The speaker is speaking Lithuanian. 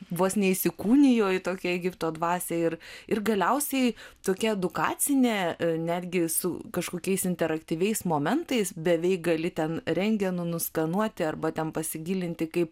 vos neįsikūnijo į tokią egipto dvasią ir ir galiausiai tokia edukacinė netgi su kažkokiais interaktyviais momentais beveik gali ten rentgenu nuskanuoti arba ten pasigilinti kaip